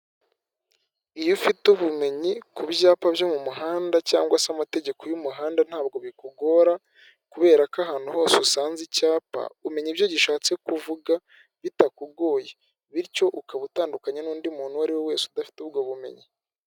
Iyo ufite ubumenyi ku byapa byo mu muhanda cyangwa se amategeko y'umuhanda, ntabwo bikugora kubera ko ahantu hose usanze icyapa umenya ibyo gishatse kuvuga bitakugoye, bityo ukaba utandukanye n'undi muntu uwo ari we wese udafite ubwo bumenyi.